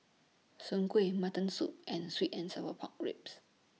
Soon Kuih Mutton Soup and Sweet and Sour Pork Ribs